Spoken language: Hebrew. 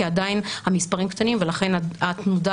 כי עדיין המספרים קטנים ולכן התנודה